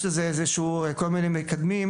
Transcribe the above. יש לזה כל מיני מקדמים,